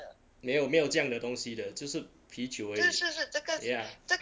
没有没有这样的东西的就是啤酒而已 ya